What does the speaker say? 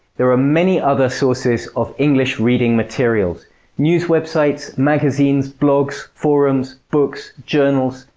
there are many other sources of english reading materials news websites, magazines, blogs, forums, books, journals,